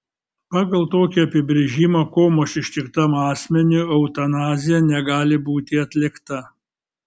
pagal tokį apibrėžimą komos ištiktam asmeniui eutanazija negali būti atlikta